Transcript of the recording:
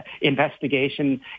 investigation